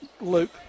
Luke